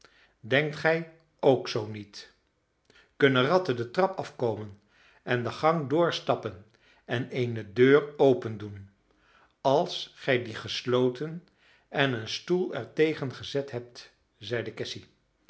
denkt gij ook zoo niet kunnen ratten de trap afkomen en de gang doorstappen en eene deur opendoen als gij die gesloten en een stoel er tegen gezet hebt zeide cassy